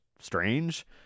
strange